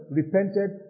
repented